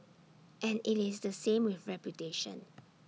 and IT is the same with reputation